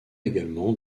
également